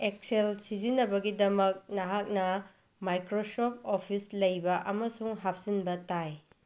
Excel ꯁꯤꯖꯤꯟꯅꯕꯒꯤꯗꯃꯛ ꯅꯍꯥꯛꯅ Microsoft Office ꯂꯩꯕ ꯑꯃꯁꯨꯡ ꯍꯥꯞꯆꯤꯟꯕ ꯇꯥꯏ